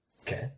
Okay